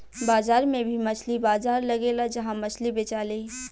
बाजार में भी मछली बाजार लगेला जहा मछली बेचाले